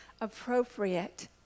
appropriate